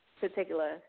particular